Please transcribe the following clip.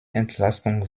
entlastung